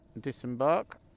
disembark